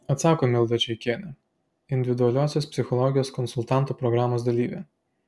atsako milda čeikienė individualiosios psichologijos konsultantų programos dalyvė